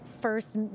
first